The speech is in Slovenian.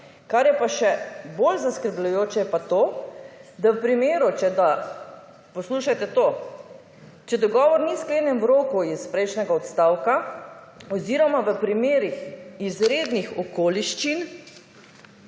Kar je pa še bolj zaskrbljujoče je pa to, da v primeru, če, poslušajte to, če dogovor ni sklenjen v roku iz prejšnjega odstavka oziroma v primerih izrednih okoliščin,